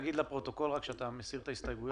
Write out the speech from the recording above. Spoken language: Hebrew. תגיד לפרוטוקול שאתה מסיר את ההסתייגויות שלך.